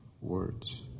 words